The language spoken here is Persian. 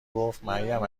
گفتمریم